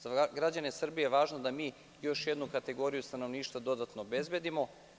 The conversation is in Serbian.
Za građane Srbije je važno da mi još jednu kategoriju stanovništva dodatno obezbedimo.